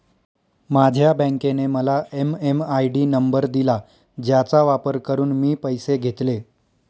माझ्या बँकेने मला एम.एम.आय.डी नंबर दिला ज्याचा वापर करून मी पैसे घेतले